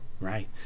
right